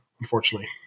unfortunately